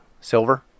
silver